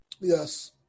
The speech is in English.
yes